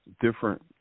different